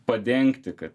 padengti kad